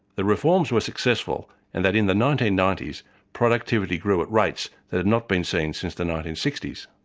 the reforms were successful, and that in the nineteen ninety s productivity grew at rates that had not been seen since the nineteen sixty s.